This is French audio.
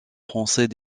français